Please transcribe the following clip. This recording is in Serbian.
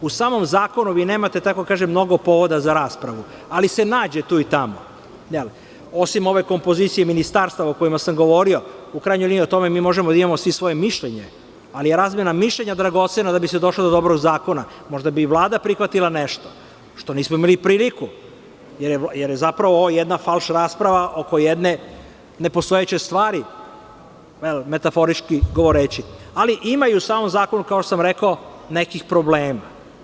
U samom zakonu vi nemate mnogo povoda za raspravu, ali se nađe tu i tamo, osim ove kompozicije ministarstava o kojima sam govorio, u krajnjoj liniji mi možemo da imamo i svako svoje mišljenje, ali je razmena mišljenja dragocena da bi se došlo do dobrog zakona, možda bi i Vlada prihvatila nešto što nismo imali priliku, jer je zapravo ovo jedna falš rasprava oko jedne nepostojeće stvari, metaforički govoreći, ali ima i u samom zakonu kao što sam rekao nekih problema.